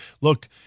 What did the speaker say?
Look